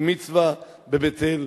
בת-מצווה בבית-אל.